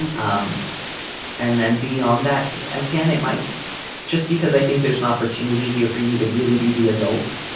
and um and then beyond that again it might just because i think there's an opportunity here for you to really be the adult